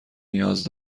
نیاز